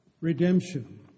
redemption